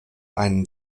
einen